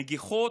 נגיחות,